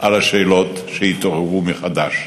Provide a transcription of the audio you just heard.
על השאלות שהתעוררו מחדש.